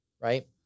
right